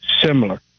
similar